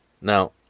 Now